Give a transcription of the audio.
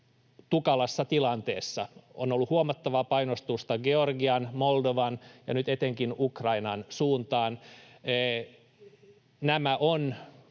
tukalassa tilanteessa. On ollut huomattavaa painostusta Georgian, Moldovan ja nyt etenkin Ukrainan suuntaan. Nämä on